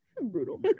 brutal